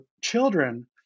children